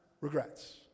regrets